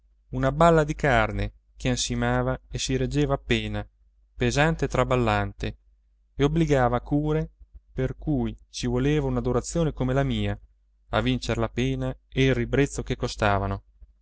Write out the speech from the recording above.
una balla di carne che ansimava e si reggeva appena pesante e traballante e obbligava a cure per cui ci voleva un'adorazione come la mia a vincer la pena e il ribrezzo che costavano